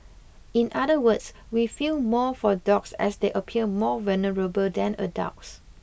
in other words we feel more for dogs as they appear more vulnerable than adults